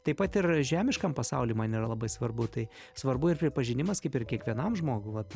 taip pat ir žemiškam pasauly man yra labai svarbu tai svarbu ir pripažinimas kaip ir kiekvienam žmogui vat